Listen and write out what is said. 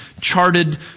charted